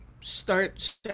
start